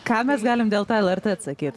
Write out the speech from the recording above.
ką mes galim dėl to lrt atsakyt